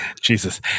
Jesus